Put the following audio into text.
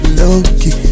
low-key